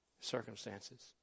circumstances